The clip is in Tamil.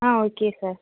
ah okay sir